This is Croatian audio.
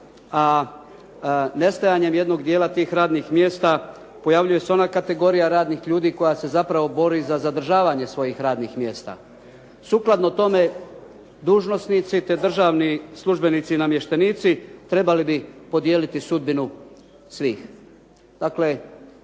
a nestajanjem jednog dijela tih radnih mjesta pojavljuje se ona kategorija radnih ljudi koja se zapravo bori za zadržavanje svojih radnih mjesta. Sukladno tome, dužnosnici, te državni službenici i namještenici trebali bi podijeliti sudbinu svih.